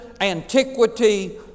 antiquity